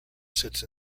sits